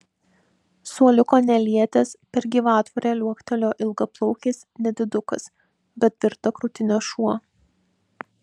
suoliuko nelietęs per gyvatvorę liuoktelėjo ilgaplaukis nedidukas bet tvirta krūtine šuo